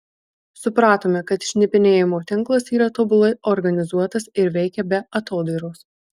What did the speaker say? supratome kad šnipinėjimo tinklas yra tobulai organizuotas ir veikia be atodairos